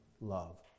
love